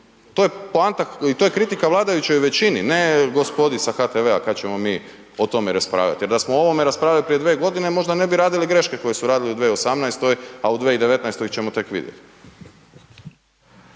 to je poanta i to je kritika vladajućoj većini, ne gospodi sa HTV-a kada ćemo mi o tome raspravljati. Jer da smo o ovome raspravljali prije dvije godine možda ne bi radili greške koje su radili u 2018., a u 2019. ćemo tek vidjeti.